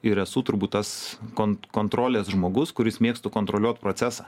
ir esu turbūt tas kon kontrolės žmogus kuris mėgstu kontroliuot procesą